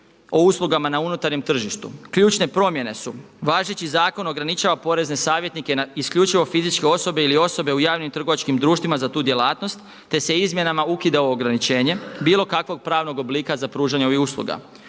o uslugama na unutarnjem tržištu. Ključne promjene su, važeći zakon ograničava porezne savjetnike na isključivo fizičke osobe ili osobe u javnim trgovačkim društvima za tu djelatnost te se izmjenama ukida ograničenje bilo kakvog pravnog oblika za pružanje ovih usluga.